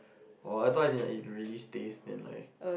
oh I thought is in in ready state and like